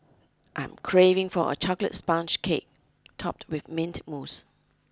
I'm craving for a chocolate sponge cake topped with mint mousse